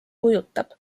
kujutab